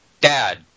Dad